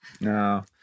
no